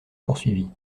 poursuivi